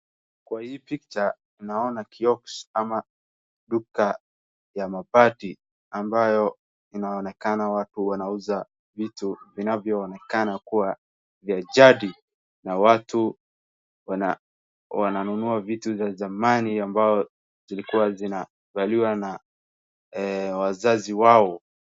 Kwa hii picture naona kioski ama duka ya mabati ambayo inaonekana watu wanauza vitu vinavyonekana kuwa vya jadi na watu wananunua vitu vya zamani ambayo zilikuwa zinakubaliwa na wazazi wao.